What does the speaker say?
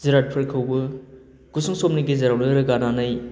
जिरादफोरखौबो गुसुं समनि गेजेरावनो रोगानानै